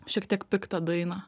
šiek tiek piktą dainą